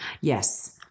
Yes